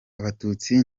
abatutsi